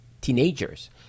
teenagers